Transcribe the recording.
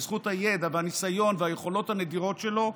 בזכות הידע והניסיון והיכולות הנדירות שלו,